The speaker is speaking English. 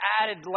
added